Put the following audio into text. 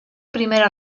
primera